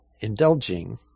indulging